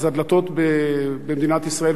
אז הדלתות במדינת ישראל,